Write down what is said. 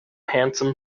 handsome